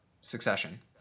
succession